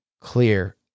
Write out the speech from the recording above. clear